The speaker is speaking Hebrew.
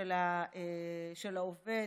של העובד?